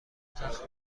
تخت